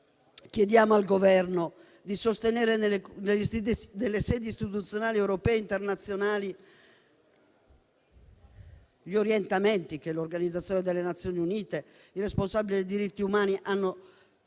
chiediamo al Governo di sostenere nelle sedi istituzionali europee ed internazionali gli orientamenti che l'Organizzazione delle Nazioni Unite ed i responsabili dei diritti umani hanno